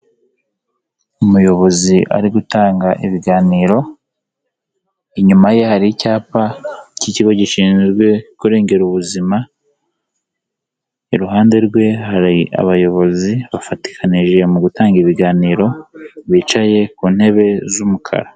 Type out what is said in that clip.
Umuyobozi ari gutanga ibiganiro, inyuma ye hari icyapa cy'ikigo gishinzwe kurengera ubuzima, iruhande rwe hari abayobozi bafatikanije mu gutanga ibiganiro bicaye ku ntebe z'umukara.